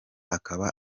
akaba